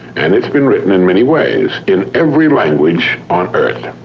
and it's been written in many ways, in every language on earth.